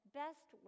best